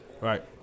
Right